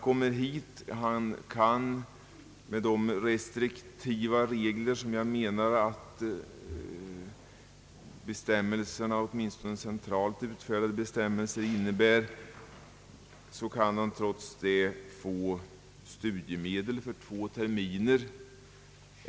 Trots att, som jag anser, åtminstone de centralt utfärdade bestämmelserna är restriktiva, kan den utländske studeranden under vissa förhållanden få studiemedel under två terminer.